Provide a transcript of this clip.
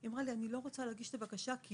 היא אמרה לי: אני לא רוצה להגיש את הבקשה כי